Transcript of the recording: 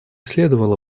следовало